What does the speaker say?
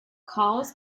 calls